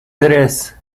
tres